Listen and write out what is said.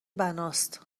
بناست